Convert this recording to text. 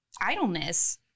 idleness